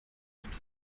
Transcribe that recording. ist